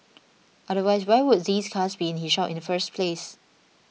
otherwise why would these cars be in his shop in the first place